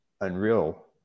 unreal